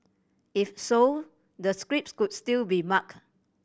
if so the scripts could still be marked